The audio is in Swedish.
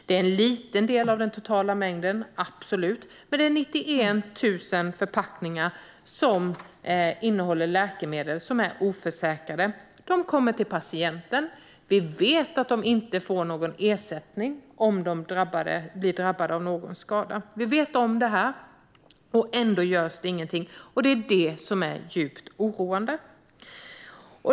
Det är en liten del av den totala mängden, absolut, men det är 91 000 förpackningar som innehåller läkemedel som är oförsäkrade. De kommer till patienter som vi vet inte får någon ersättning om de drabbas av en skada. Vi vet om det här, och ändå görs ingenting. Det är det som är djupt oroande.